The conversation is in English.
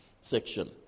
section